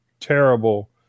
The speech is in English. terrible